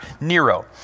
Nero